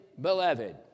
beloved